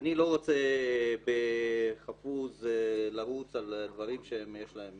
אני לא רוצה בחפוז לרוץ על דברים שיש להם